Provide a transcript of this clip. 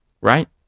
Right